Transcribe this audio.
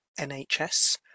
NHS